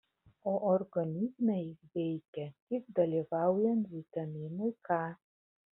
o organizme jis veikia tik dalyvaujant vitaminui k